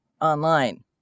online